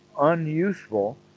unuseful